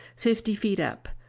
fifty feet up,